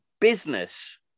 business